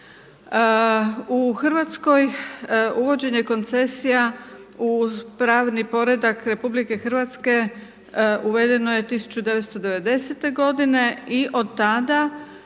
U Hrvatskoj uvođenje koncesija u pravni poredak RH uvedeno je 1990. godine i od tada